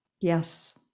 yes